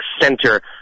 center